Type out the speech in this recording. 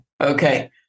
okay